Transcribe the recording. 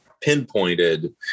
pinpointed